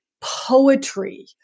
poetry